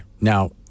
Now